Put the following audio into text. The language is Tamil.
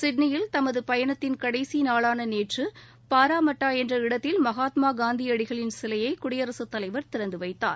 சிட்னியில் தமது பயணத்தின் கடைசி நாளான நேற்று பாரா மட்டா என்ற இடத்தில் மகாத்மா காந்தியடிகளின் சிலையை குடியரசுத் தலைவர் திறந்து வைத்தார்